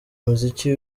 muziki